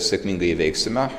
sėkmingai įveiksime